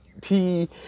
tea